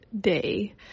day